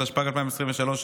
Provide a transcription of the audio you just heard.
התשפ"ג 2023,